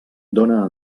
dóna